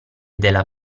della